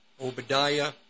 Obadiah